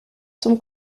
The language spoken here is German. zum